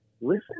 listen